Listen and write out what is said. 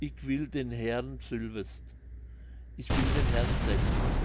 ick will den heeren sülvest ich will den herrn selbst